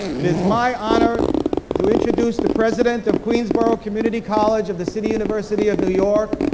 it is my honor to introduce the president of queensborough community college of the city university of new york,